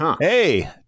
Hey